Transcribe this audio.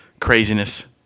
craziness